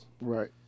Right